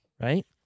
right